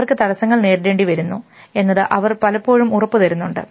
അവർക്ക് തടസ്സങ്ങൾ നേരിടേണ്ടി വരുന്നു എന്നത് അവർ പലപ്പോഴും ഉറപ്പ് തരുന്നുണ്ട്